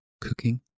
cooking